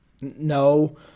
no